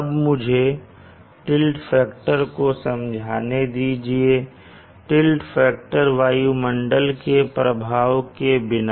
अब मुझे tilt factor को समझाने दीजिए टिल्ट फैक्टर वायुमंडल के प्रभाव के बिना